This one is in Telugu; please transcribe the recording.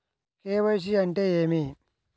కే.వై.సి అంటే ఏమి?